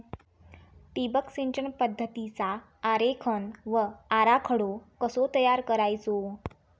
ठिबक सिंचन पद्धतीचा आरेखन व आराखडो कसो तयार करायचो?